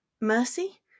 Mercy